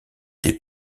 des